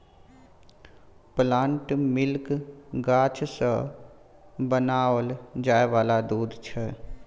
plant milk गाछ सँ बनाओल जाय वाला दूध छै